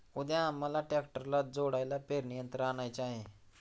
उद्या आम्हाला ट्रॅक्टरला जोडायला पेरणी यंत्र आणायचे आहे